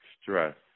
stress